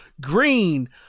green